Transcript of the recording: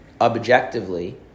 objectively